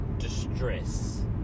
Distress